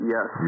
Yes